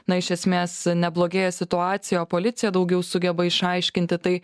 na iš esmės neblogėja situacija o policija daugiau sugeba išaiškinti tai